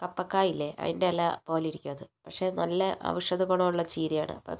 കപ്പക്കായില്ലേ അതിൻ്റെ ഇല പോലെയിരിക്കും അത് പക്ഷെ നല്ല ഔഷധ ഗുണമുള്ള ചീരയാണ് അപ്പം